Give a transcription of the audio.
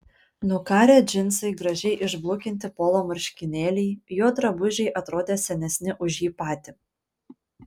nukarę džinsai gražiai išblukinti polo marškinėliai jo drabužiai atrodė senesni už jį patį